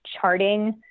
charting